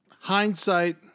hindsight